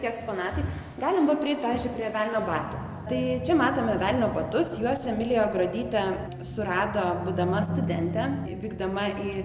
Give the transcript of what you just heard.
tie eksponatai galim va preit pavyzdžiui prie velnio batų tai čia matome velnio batus juos emilija gruodytė surado būdama studente vykdama į